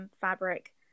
fabric